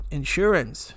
insurance